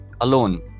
alone